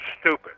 stupid